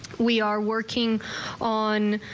we are working on,